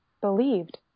believed